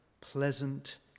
pleasant